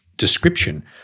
description